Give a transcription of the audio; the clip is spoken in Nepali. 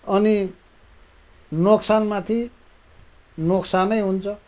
अनि नोक्सानमाथि नोक्सानै हुन्छ